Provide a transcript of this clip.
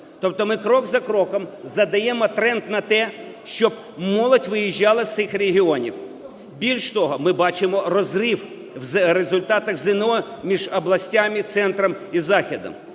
тобто ми крок за кроком задаємо тренд на те, щоб молодь виїжджала з цих регіонів. Більш того, ми бачимо розрив в результатах ЗНО між областями, центром і заходом